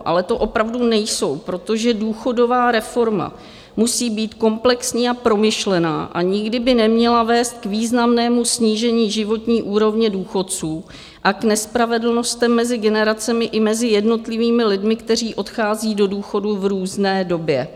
Ale to opravdu nejsou, protože důchodová reforma musí být komplexní a promyšlená a nikdy by neměla vést k významnému snížení životní úrovně důchodců a k nespravedlnostem mezi generacemi i mezi jednotlivými lidmi, kteří odchází do důchodu v různé době.